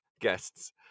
guests